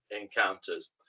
encounters